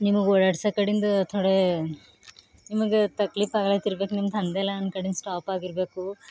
ನಿಮ್ಗೆ ಓಡಾಡಿಸೋ ಕಡಿಂದು ಥೋಡೆ ನಿಮಗೆ ತಕ್ಲೀಫ್ ಆಗ್ಲತ್ತಿರ್ಬೇಕು ನಿಮ್ಮ ಧಂದೆಲ್ಲಾ ಒಂದು ಕಡಿಂದು ಸ್ಟಾಪ್ ಆಗಿರಬೇಕು